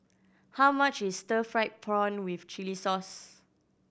how much is stir fried prawn with chili sauce